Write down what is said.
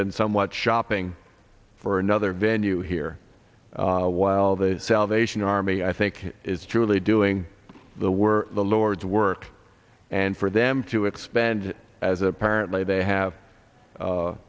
been somewhat shopping for another venue here while the salvation army i think is truly doing the we're the lord's work and for them to expand as apparently they have